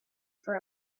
for